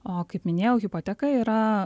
o kaip minėjau hipoteka yra